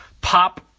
Pop